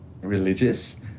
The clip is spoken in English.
religious